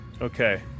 Okay